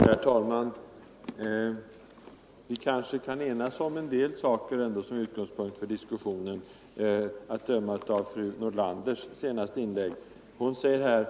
Herr talman! Vi kanske ändå är överens om en del saker som utgångspunkt för diskussionen, att döma av fru Nordlanders senaste inlägg. Hon säger här